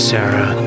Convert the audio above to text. Sarah